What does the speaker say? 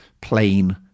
plain